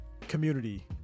community